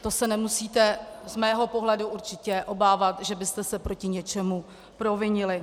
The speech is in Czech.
To se nemusíte z mého pohledu určitě obávat, že byste se proti něčemu provinili.